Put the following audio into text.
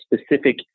specific